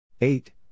Eight